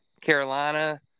Carolina